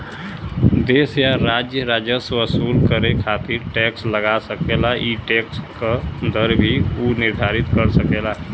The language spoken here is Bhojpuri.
देश या राज्य राजस्व वसूल करे खातिर टैक्स लगा सकेला ई टैक्स क दर भी उ निर्धारित कर सकेला